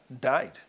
died